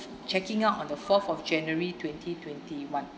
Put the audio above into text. checking out on the fourth of january twenty twenty one